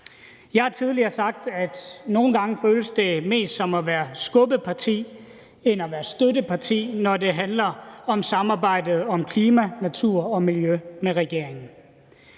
Jeg har tidligere sagt, at det nogle gange føles mere som at være skubbeparti end at være støtteparti, når det handler om samarbejdet om klima, natur og miljø med regeringen.